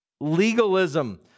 legalism